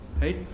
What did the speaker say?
right